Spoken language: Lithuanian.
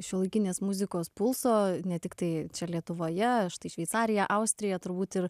šiuolaikinės muzikos pulso ne tiktai čia lietuvoje štai šveicarija austrija turbūt ir